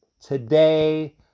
Today